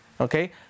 okay